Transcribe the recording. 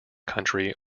country